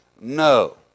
no